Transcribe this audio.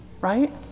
right